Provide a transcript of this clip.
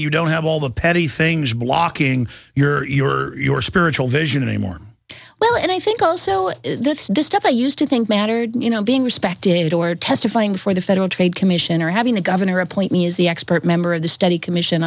you don't have all the petty things blocking your spiritual vision anymore well and i think also the stuff i used to think mattered you know being respected or testifying for the federal trade commission or having the governor appoint me is the expert member of the study commission